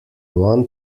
one